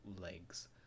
legs